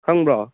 ꯈꯪꯕ꯭ꯔꯣ